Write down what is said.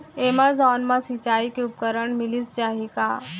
Amazon मा सिंचाई के उपकरण मिलिस जाही का?